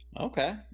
Okay